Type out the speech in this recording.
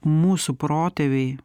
mūsų protėviai